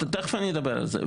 תיכף אני אדבר על זה.